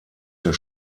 der